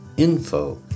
info